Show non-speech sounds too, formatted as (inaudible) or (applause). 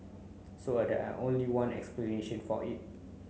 so (unintelligible) only one explanation for it